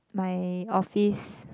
my office